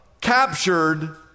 captured